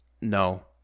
no